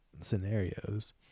scenarios